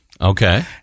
Okay